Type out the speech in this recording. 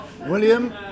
William